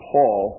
Paul